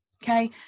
Okay